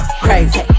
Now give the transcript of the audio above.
crazy